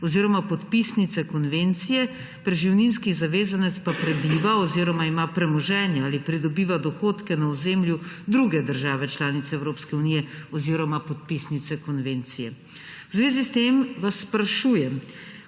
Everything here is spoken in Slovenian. oziroma podpisnice konvencije, preživninski zavezanec pa prebiva oziroma ima premoženje ali pridobiva dohodke na ozemlju druge države članice Evropske unije oziroma podpisnice konvencije. V zvezi s tem vas sprašujem: